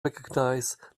recognize